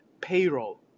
payroll